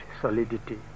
solidity